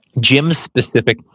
gym-specific